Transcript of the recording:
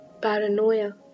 paranoia